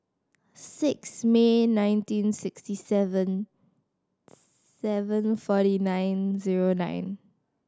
six May nineteen sixty seven seven forty nine zero nine